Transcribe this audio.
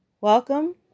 welcome